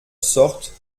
sorte